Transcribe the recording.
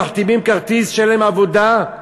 מחתימים שאין להם עבודה,